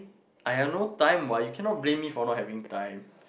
!aiya! no time what you cannot blame me for not having time